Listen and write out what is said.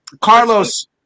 Carlos